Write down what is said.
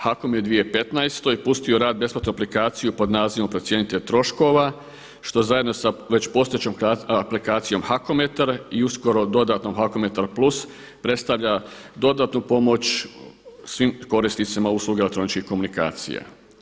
HAKOM je u 2015. pustio u rad besplatnu aplikaciju pod nazivom procjenitelj troškova što zajedno da već postojećom aplikacijom HAKOMetar i uskoro dodatnom HAKOMetar plus predstavlja dodatnu pomoć svim korisnicima usluge elektroničkih komunikacija.